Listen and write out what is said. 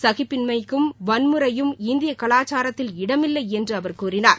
சகிப்பின்மைக்கும் வன்முறையும் இந்திய கலாச்சாரத்தில் இடமில்லை என்று அவர் கூறினார்